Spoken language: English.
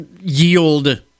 yield